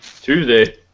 Tuesday